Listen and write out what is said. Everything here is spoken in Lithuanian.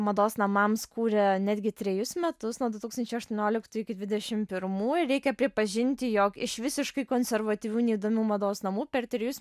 mados namams kūrė netgi trejus metus nuo du tūkstančiai aštuonioliktųjų iki dvidešim pirmųjų reikia pripažinti jog iš visiškai konservatyvių neįdomių mados namų per trejus